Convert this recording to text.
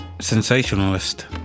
sensationalist